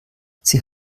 sie